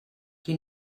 qui